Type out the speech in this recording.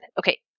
Okay